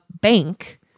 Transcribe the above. bank